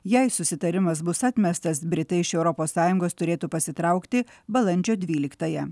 jei susitarimas bus atmestas britai iš europos sąjungos turėtų pasitraukti balandžio dvyliktąją